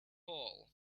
all